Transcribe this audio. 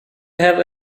have